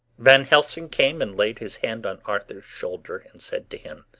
van helsing came and laid his hand on arthur's shoulder, and said to him